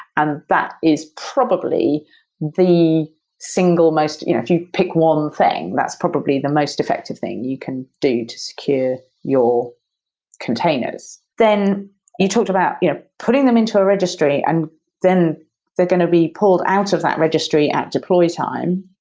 and that is probably the single most if you pick one thing, that's probably the most effective thing you can do to secure your containers. then you talked about you know putting them into a registry and then they're going to be pulled out of that registry at deploy time.